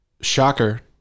shocker